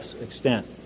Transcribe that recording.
extent